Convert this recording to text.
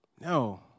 No